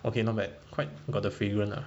okay not bad quite got the fragrant ah